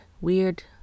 weird